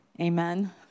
Amen